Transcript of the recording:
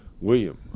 William